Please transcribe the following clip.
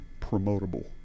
promotable